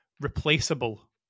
replaceable